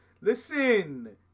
Listen